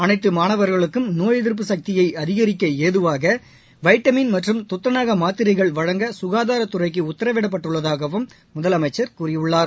அனைத்து மாணவர்களுக்கும் நோய் எதிர்ப்பு சக்தியை அதிகரிக்க ஏதுவாக வைட்டமின் மற்றும் தத்தநாக மாத்திரைகள் வழங்க சுகாதாரத்துறைக்கு உத்தரவிடப்பட்டுள்ளதாகவும் முதலமைச்சர் கூறியுள்ளார்